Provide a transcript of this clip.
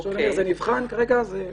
זה נבחן כרגע.